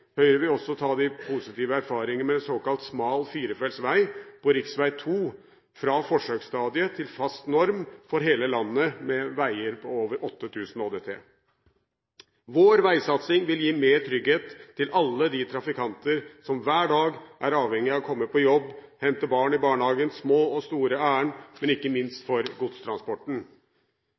Høyre vil også ta de positive erfaringene med såkalt smal firefeltsvei på rv. 2 fra forsøksstadiet til fast norm for hele landet på veier med trafikk over 8 000 ÅDT. Vår veisatsing vil gi mer trygghet til alle de trafikantene som hver dag er avhengig av å komme på jobb, hente barn i barnehagen og har andre små og store ærend – det gjelder ikke minst godstransporten.